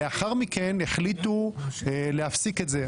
לאחר מכן החליטו להפסיק את זה,